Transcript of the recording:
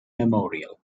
memorial